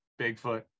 Bigfoot